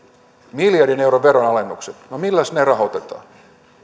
miljardin euron veronalennukset no milläs ne rahoitetaan